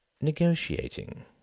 negotiating